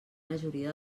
majoria